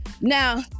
Now